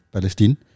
Palestine